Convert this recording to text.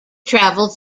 traveled